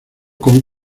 con